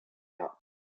out